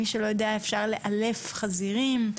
מי שלא יודע אפשר לאלף חזירים,